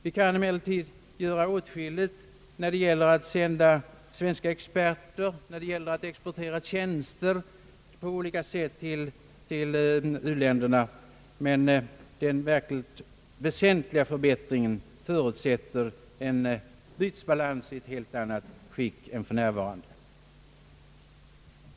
Vi kan emellertid göra åtskilligt t.ex. genom att sända svenska experter, exportera tjänster på olika sätt till u-länderna, men den verkligt väsentliga förbättringen förutsätter en bytesbalans i ett helt annat skick än för närvarande.